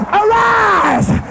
arise